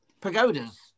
Pagodas